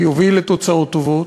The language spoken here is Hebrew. שיוביל לתוצאות טובות.